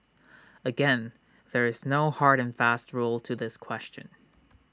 again there is no hard and fast rule to this question